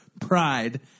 pride